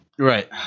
Right